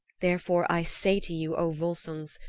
therefore, i say to you, o volsungs,